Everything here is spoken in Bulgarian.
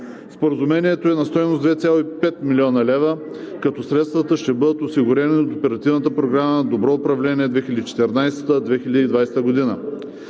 Споразумението е на стойност 2,5 млн. лв., като средствата ще бъдат осигурени от